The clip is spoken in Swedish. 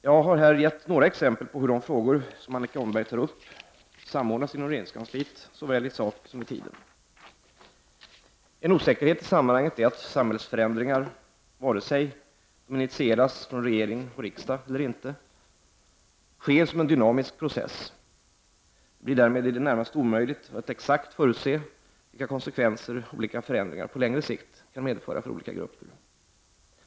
Jag har här gett några exempel på hur de frågor som Annika Åhnberg tar upp samordnas inom regeringskansliet, såväl i sak som i tiden. En osäkerhet i sammanhanget är att samhällsförändringar — vare sig de initieras från regering och riksdag eller inte — sker som en dynamisk process. Det blir därmed i det närmaste omöjligt att exakt förutse vilka konsekvenser olika förändringar på längre sikt kan medföra för olika grupper.